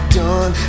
done